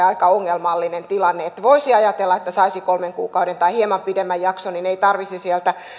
aika ongelmallinen tilanne voisi ajatella että saisi kolmen kuukauden tai hieman pidemmän jakson niin ei tarvitsisi sieltä